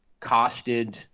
costed